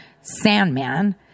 Sandman